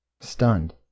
stunned